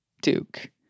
duke